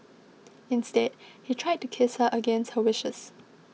instead he tried to kiss her against her wishes